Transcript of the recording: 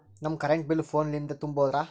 ನಮ್ current bill ಫೋನ ಲಿಂದೇ ತುಂಬೌದ್ರಾ?